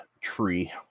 tree